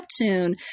Neptune